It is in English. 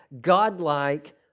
Godlike